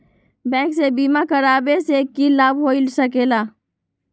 Bank से बिमा करावे से की लाभ होई सकेला?